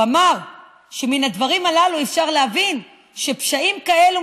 הוא אמר שמן הדברים הללו אפשר להבין שפשעים כאלה לא